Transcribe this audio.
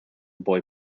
boy